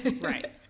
Right